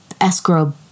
escrow